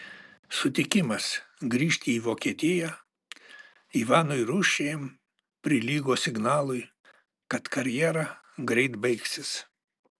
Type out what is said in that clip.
sutikimas grįžti į vokietiją ivanui rūsčiajam prilygo signalui kad karjera greit baigsis